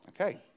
Okay